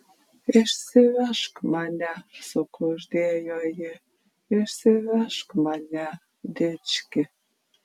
išsivežk mane sukuždėjo ji išsivežk mane dički